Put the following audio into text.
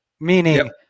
Meaning